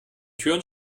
türen